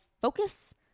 focus